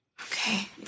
Okay